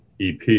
EP